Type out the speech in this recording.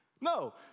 No